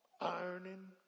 Ironing